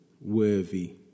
worthy